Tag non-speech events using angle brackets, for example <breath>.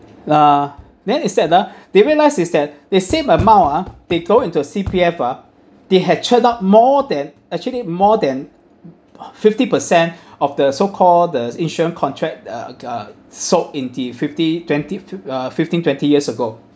uh then instead ah they realise is that the same amount ah they go into C_P_F ah they had turned up more than actually more than <breath> fifty percent of the so call the insurance contract uh uh sold in the fifty twenty fif~ uh fifteen twenty years ago